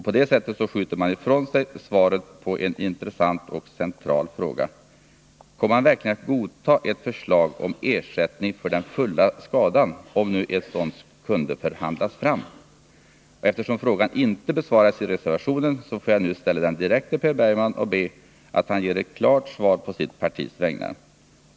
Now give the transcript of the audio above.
På det sättet skjuter man ifrån sig svaret på en intressant och ” 69 central fråga: Kommer man verkligen att godta ett förslag om ersättning för den fulla skadan, om nu ett sådant kunde förhandlas fram? Eftersom frågan inte besvaras i reservationen får jag nu ställa den direkt till Per Bergman och be att han ger ett klart svar på sitt partis vägnar.